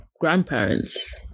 grandparents